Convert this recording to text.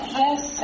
yes